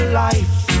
life